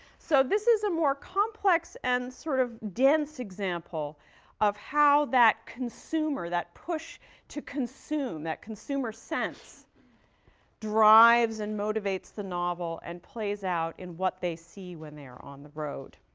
so, this is a more complex and, sort of, dense example of how that consumer, consumer, that push to consume, that consumer sense drives and motivates the novel and plays out in what they see when they are on the road.